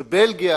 בבלגיה?